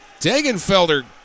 Dagenfelder